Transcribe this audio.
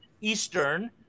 Eastern